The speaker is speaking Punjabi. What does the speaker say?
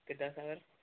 ਕਿਦਾ ਸਰ